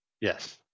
Yes